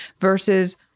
versus